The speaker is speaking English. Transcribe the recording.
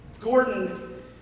Gordon